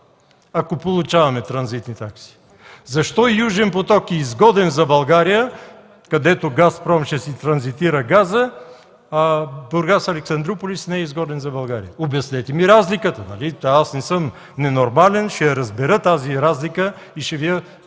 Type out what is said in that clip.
ако получаваме транзитни такси? Защо „Южен поток” е изгоден за България, където „Газпром” ще си транзитира газа, а Бургас –Александруполис не е изгоден за България? Обяснете ми разликата. Аз не съм ненормален, ще разбера тази разлика и ще Ви